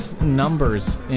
numbers